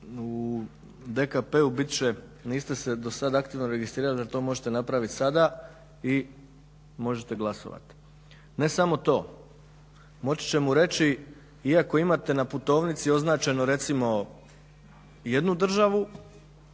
u DKP-u bit će niste se dosad aktivno registrirali ali to možete napraviti sada i možete glasovati. Ne samo to, moći će mu reći iako imate na putovnici označeno recimo jednu državu,